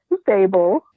stable